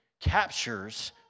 captures